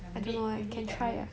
ah maybe maybe at most